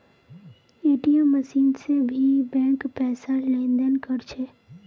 ATM machine से भी bank पैसार लेन देन कर छे